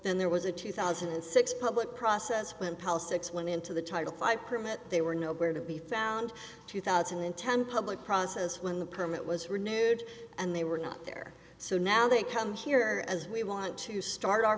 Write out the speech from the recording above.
then there was a two thousand and six public process when palace x went into the title five permit they were nowhere to be found two thousand and ten public process when the permit was renewed and they were not there so now they come here as we want to start our